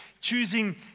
choosing